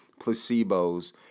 placebos